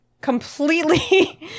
completely